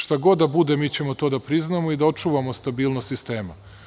Šta god da bude, mi ćemo to da priznamo i da očuvamo stabilnost sistema.